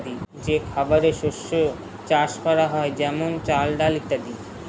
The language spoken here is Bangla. যে খাবারের শস্য চাষ করা হয় যেমন চাল, ডাল ইত্যাদি